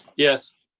yes.